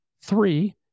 Three